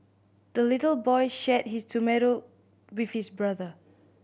the little boy shared his tomato with his brother